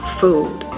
food